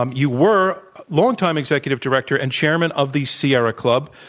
um you were long-time executive director and chairman of the sierra club.